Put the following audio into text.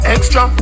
Extra